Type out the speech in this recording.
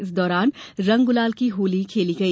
इस दौरान रंग गुलाल की होली खेली गई